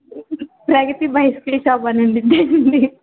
ప్రగతి bicycle shop అని